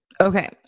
Okay